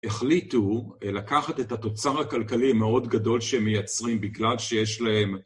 החליטו לקחת את התוצר הכלכלי המאוד גדול שהם מייצרים בגלל שיש להם